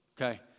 Okay